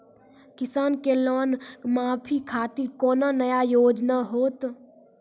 किसान के लोन माफी खातिर कोनो नया योजना होत हाव?